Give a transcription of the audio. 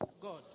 God